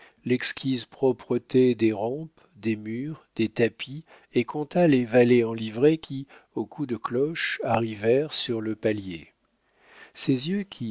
l'exquise propreté des rampes des murs des tapis et compta les valets en livrée qui au coup de cloche arrivèrent sur le palier ses yeux